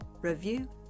review